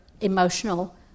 emotional